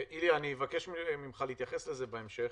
איליה, אני אבקש ממך להתייחס לזה בהמשך.